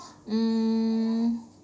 mm